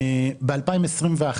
ב-2021,